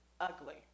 Ugly